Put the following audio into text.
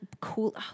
cool